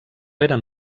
eren